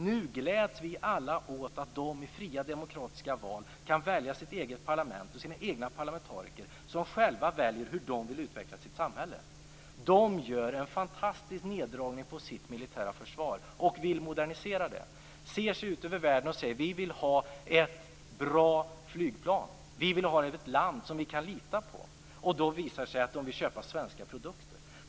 Nu gläds vi alla åt att de i fria demokratiska val kan välja sitt eget parlament och sina egna parlamentariker, som själva väljer hur de vill utveckla sitt samhälle. De gör en fantastisk neddragning på sitt militära försvar, och de vill modernisera det. De ser sig ut över världen och säger att de vill ha ett bra flygplan. De vill samarbeta med ett land de kan lita på. Då visar det sig att de vill köpa svenska produkter.